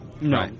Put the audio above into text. No